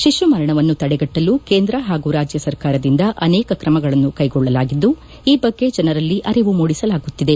ಶಿಶು ಮರಣವನ್ನು ತಡೆಗಟ್ಟಲು ಕೇಂದ್ರ ಹಾಗೂ ರಾಜ್ಯ ಸರ್ಕಾರದಿಂದ ಅನೇಕ ಕ್ರಮಗಳನ್ನು ಕೈಗೊಳ್ಳಲಾಗಿದ್ದು ಈ ಬಗ್ಗೆ ಜನರಲ್ಲಿ ಅರಿವು ಮೂಡಿಸಲಾಗುತ್ತಿದೆ